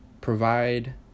provide